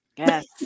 Yes